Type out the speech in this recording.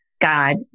God